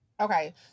Okay